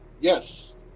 Yes